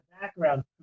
background